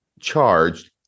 charged